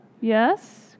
Yes